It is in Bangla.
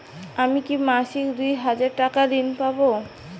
আমি কি মাসিক দুই হাজার টাকার ঋণ পাব?